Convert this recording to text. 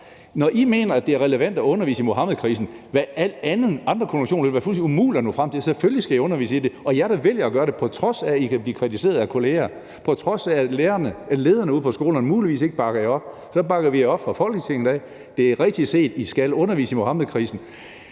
Når I mener, at det er relevant at undervise i Muhammedkrisen, ville det da være fuldstændig umuligt at nå frem til andre konklusioner. Selvfølgelig skal I undervise i det, og jer, der vælger at gøre det, på trods af at I kan blive kritiseret af kolleger, på trods af at lederne ude på skolerne muligvis ikke bakker jer op, bakker vi op fra Folketingets side. Det er rigtigt set: I skal undervise i Muhammedkrisen,